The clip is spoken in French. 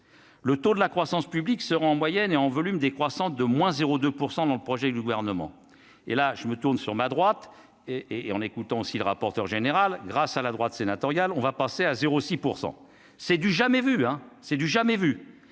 le tour de la croissance publics seront en moyenne et en volume des croissants de moins 0 2 % dans le projet du gouvernement, et là je me tourne sur ma droite et et en écoutant aussi le rapporteur général grâce à la droite sénatoriale, on va passer à 0 6 % c'est du jamais vu, hein, c'est du jamais vu,